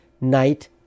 night